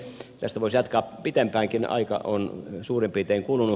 tästä voisi jatkaa pidempäänkin aika on suurin piirtein kulunut